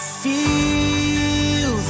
feel